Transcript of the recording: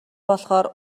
болохоор